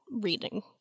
reading